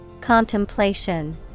Contemplation